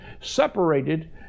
separated